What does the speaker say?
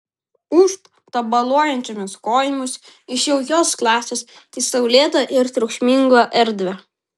ūžt tabaluojančiomis kojomis iš jaukios klasės į saulėtą ir triukšmingą erdvę